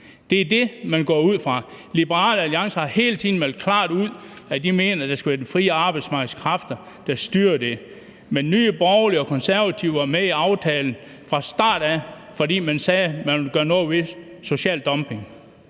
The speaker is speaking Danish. Det er det, man går ud fra. Liberal Alliance har hele tiden meldt klart ud, at de mener, at det skal være det frie arbejdsmarkeds kræfter, der styrer det. Men Nye Borgerlige og Konservative var med i aftalen fra start af, fordi man sagde, at man ville gøre noget ved social dumping.